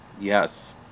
yes